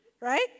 Right